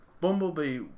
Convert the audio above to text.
Bumblebee